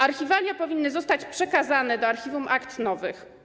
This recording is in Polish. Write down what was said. Archiwalia powinny zostać przekazane do Archiwum Akt Nowych.